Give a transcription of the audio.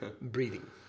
breathing